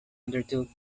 undertook